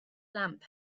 lamp